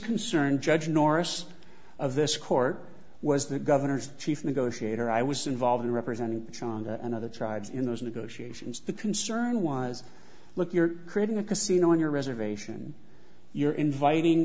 concerned judge norris of this court was the governor's chief negotiator i was involved in representing shawn and other tribes in those negotiations the concern was look you're creating a casino in your reservation you're inviting